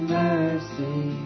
mercy